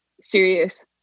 serious